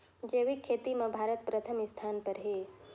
जैविक खेती म भारत प्रथम स्थान पर हे